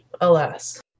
alas